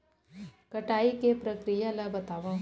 कटाई के प्रक्रिया ला बतावव?